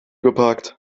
geparkt